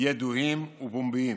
ידועים ופומביים.